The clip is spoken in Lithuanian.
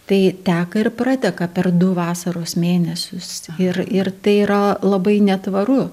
tai teka ir prateka per du vasaros mėnesius ir ir tai yra labai netvaru